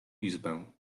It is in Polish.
izbę